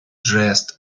dressed